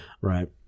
Right